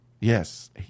Yes